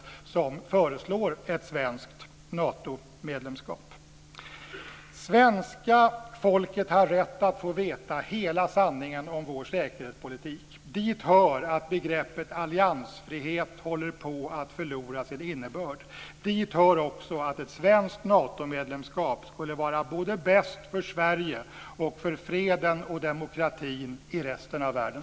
I den föreslår Folkpartiet ett svenskt Svenska folket har rätt att få veta hela sanningen om vår säkerhetspolitik. Dit hör att begreppet alliansfrihet håller på att förlora sin innebörd. Dit hör också att ett svenskt Natomedlemskap skulle vara både bäst för Sverige och för freden och demokratin i resten av världen.